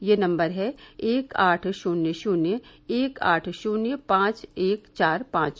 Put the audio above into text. यह नम्बर है एक आठ शून्य शून्य एक आठ शून्य पांच एक चार पांच